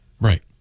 Right